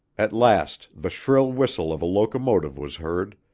at last the shrill whistle of a locomotive was heard,